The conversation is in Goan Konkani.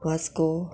वास्को